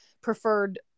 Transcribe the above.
preferred